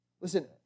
Listen